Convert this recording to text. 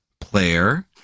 player